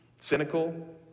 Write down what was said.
cynical